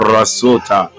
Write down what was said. Rasota